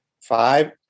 five